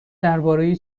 درباره